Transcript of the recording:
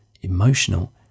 emotional